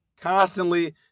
Constantly